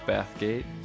Bathgate